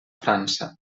frança